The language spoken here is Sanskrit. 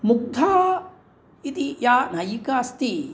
मुग्धा इति या नायिका अस्ति